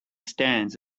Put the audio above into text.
stands